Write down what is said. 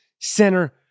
center